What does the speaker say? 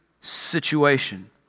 situation